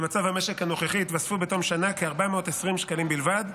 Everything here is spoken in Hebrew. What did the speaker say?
במצב המשק הנוכחי יתווספו בתום שנה כ-420 שקלים בלבד.